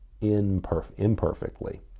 imperfectly